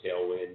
tailwind